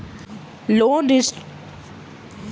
Loan restructuring की होइत अछि?